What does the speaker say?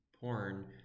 porn